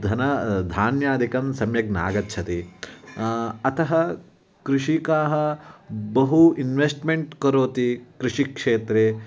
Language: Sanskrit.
धन धान्यादिकं सम्यक् नागच्छति अतः कृषकाः बहु इन्वेस्ट्मेन्ट् करोति कृषिक्षेत्रे